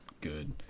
good